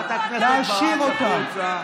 חברת הכנסת ברק, חברת הכנסת ברק, החוצה.